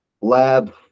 lab